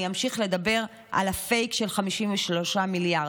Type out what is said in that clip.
אני אמשיך לדבר על הפייק של 53 מיליארד.